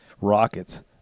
rockets